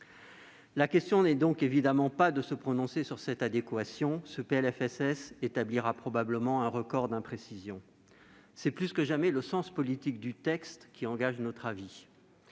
La question n'est évidemment pas de se prononcer sur cette adéquation : ce PLFSS établira probablement un record d'imprécisions. C'est plus que jamais le sens politique du texte qui engage notre avis.